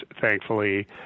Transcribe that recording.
thankfully